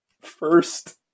first